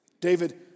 David